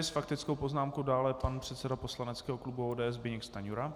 S faktickou poznámkou dále pan předseda poslaneckého klubu ODS Zbyněk Stanjura.